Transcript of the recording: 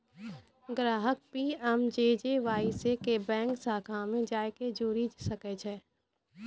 ग्राहक पी.एम.जे.जे.वाई से बैंक शाखा मे जाय के जुड़ि सकै छै